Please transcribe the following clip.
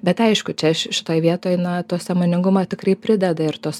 bet aišku čia šitoj vietoj na to sąmoningumo tikrai prideda ir tos